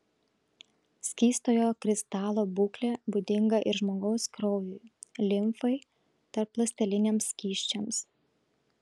skystojo kristalo būklė būdinga ir žmogaus kraujui limfai tarpląsteliniams skysčiams